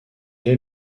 est